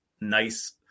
nice